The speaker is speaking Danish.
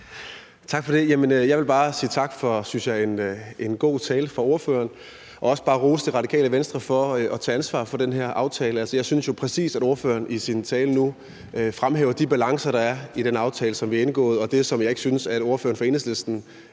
Tak for det. Jeg vil bare sige tak for en god tale fra ordføreren, og jeg vil også gerne rose Radikale Venstre for at tage ansvar for den her aftale. Jeg synes jo, at ordføreren i sin tale nu præcis fremhæver de balancer, der er i den aftale, som vi har indgået. Det, som jeg ikke synes at ordføreren fra Enhedslisten